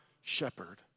shepherd